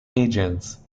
agents